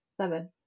Seven